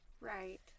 Right